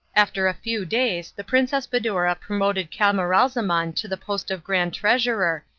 after a few days the princess badoura promoted camaralzaman to the post of grand treasurer,